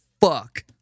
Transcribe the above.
fuck